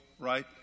Right